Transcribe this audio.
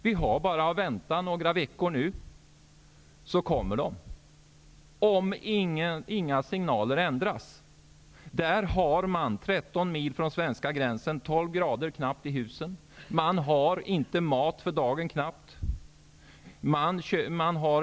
Vi har att vänta bara några veckor, så kommer det flyktingar hit, om inga signaler ändras. Där har man 13 mil från den svenska gränsen, knappt 12°C i husen och knappt mat för dagen.